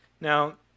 Now